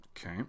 Okay